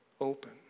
open